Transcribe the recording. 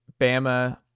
Bama